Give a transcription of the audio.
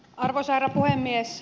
arvoisa herra puhemies